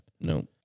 No